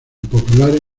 populares